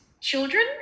children